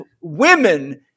women